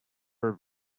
were